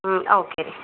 ಹಾಂ ಓಕೆ ರೀ